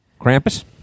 Krampus